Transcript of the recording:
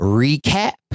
recap